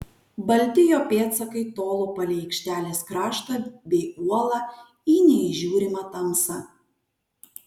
balti jo pėdsakai tolo palei aikštelės kraštą bei uolą į neįžiūrimą tamsą